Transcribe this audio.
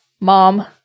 mom